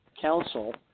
council